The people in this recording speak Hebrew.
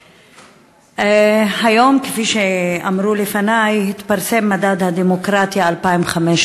היום, כפי שאמרו לפני, התפרסם מדד הדמוקרטיה 2015,